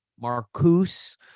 marcus